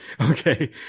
Okay